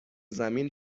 زمین